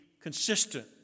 consistent